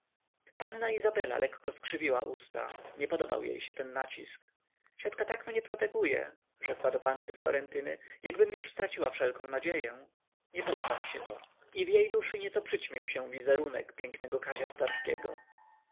panna izabela lekko skrzywiła usta nie podobał jej się ten nacisk ciotka tak mnie proteguje rzekła do panny florentyny jakbym już straciła wszelką nadzieję nie podoba mi się to i w jej duszy nieco przyćmił się wizerunek pięknego kazia starskiego